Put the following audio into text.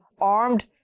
armed